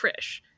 trish